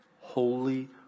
holy